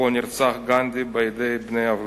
שבו נרצח גנדי בידי בני עוולה.